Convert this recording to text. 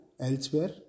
elsewhere